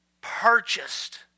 purchased